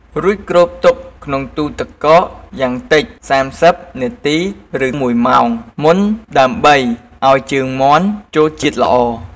រួចគ្របទុកក្នុងទូទឹកកកយ៉ាងតិច ៣០ នាទី ឬ ១ ម៉ោងមុនដើម្បីឱ្យជើងមាន់ចូលជាតិល្អ។